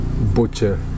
butcher